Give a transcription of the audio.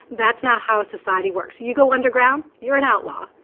that's now how a society works. you go underground, you're an outlaw.